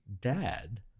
dad